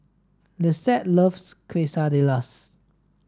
Lissette loves Quesadillas